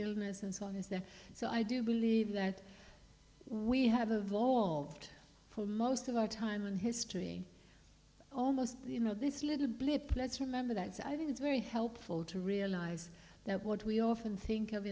illness and so on is there so i do believe that we have a vault for most of our time in history almost you know this little blip let's remember that i think it's very helpful to realize that what we often think of